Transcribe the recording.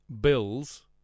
bills